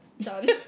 Done